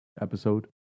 episode